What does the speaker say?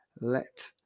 let